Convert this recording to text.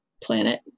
planet